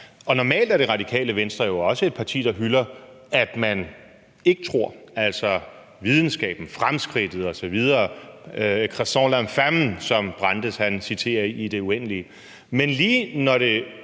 normalt er Det Radikale Venstre jo også et parti, der hylder, at man ikke tror, altså videnskaben, fremskridtet osv., écrasez l'infâme, som Brandes citerer i det uendelige. Men lige når det